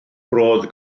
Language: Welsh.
roedd